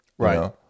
right